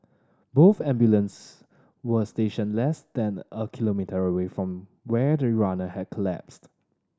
both ambulances were stationed less than a kilometre away from where the runner had collapsed